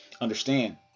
understand